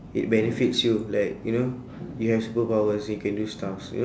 it benefits you like you know you have superpowers you can do stuff you know